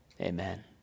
Amen